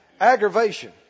Aggravation